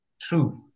truth